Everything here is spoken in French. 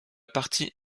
partie